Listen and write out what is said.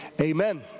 amen